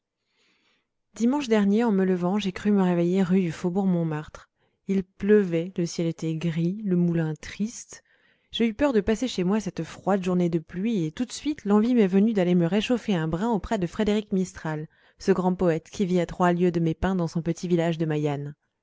dimanche dernier en me levant j'ai cru me réveiller rue du faubourg montmartre il pleuvait le ciel était gris le moulin triste j'ai eu peur de passer chez moi cette froide journée de pluie et tout de suite l'envie m'est venue d'aller me réchauffer un brin auprès de frédéric mistral ce grand poète qui vit à trois lieues de mes pins dans son petit village de